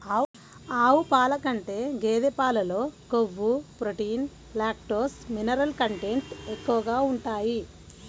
ఆవు పాల కంటే గేదె పాలలో కొవ్వు, ప్రోటీన్, లాక్టోస్, మినరల్ కంటెంట్ ఎక్కువగా ఉంటాయి